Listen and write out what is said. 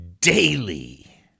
Daily